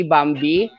Bambi